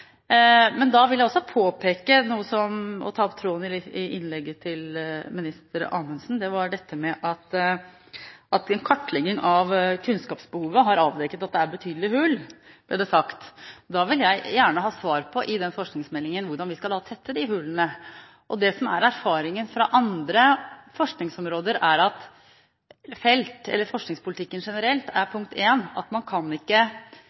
Men jeg vil også påpeke noe og ta opp tråden i innlegget til minister Anundsen. En kartlegging av kunnskapsbehovet har avdekket at det er betydelige hull, ble det sagt. Da vil jeg gjerne ha svar på i den forskningsmeldingen hvordan vi skal tette de hullene. Erfaringen fra forskningspolitikken generelt er at man ikke kan lyse ut i Forskningsrådet eller forvente å hente betydelige midler fra Horisont 2020 hvis man ikke